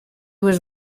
was